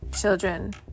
children